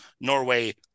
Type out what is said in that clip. Norway